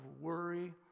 worry